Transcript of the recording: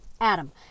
Adam